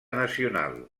nacional